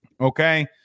Okay